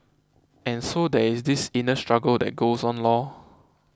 and so there is this inner struggle that goes on lor